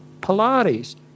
Pilates